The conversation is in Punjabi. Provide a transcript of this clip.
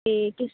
ਅਤੇ